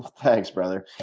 thanks brother.